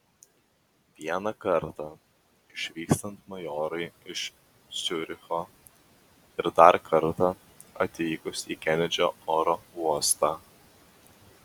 vieną kartą išvykstant majorui iš ciuricho ir dar kartą atvykus į kenedžio oro uostą